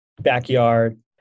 backyard